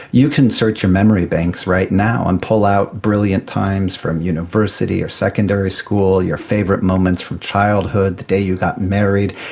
you can search your memory banks right now and pull out brilliant times from university or secondary school, your favourite moments from childhood, the day you got married,